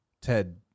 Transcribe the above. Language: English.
Ted